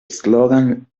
slogan